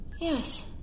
Yes